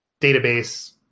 database